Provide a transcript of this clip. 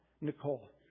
Nicole